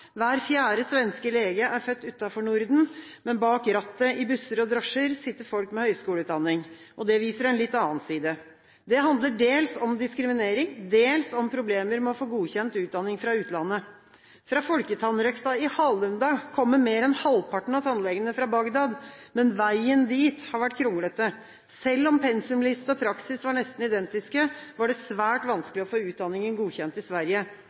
Hver fjerde svenske lege er født utenfor Norden. Bak rattet i busser og drosjer sitter folk med høyskoleutdanning. Det viser en litt annen side. Det handler dels om diskriminering, dels om problemer med å få godkjent utdanning fra utlandet. I folketannrøkta i Hallunda kommer mer enn halvparten av tannlegene fra Bagdad, men veien dit har vært kronglete. Selv om pensumliste og praksis var nesten identiske, var det svært vanskelig å få utdanningen godkjent i Sverige.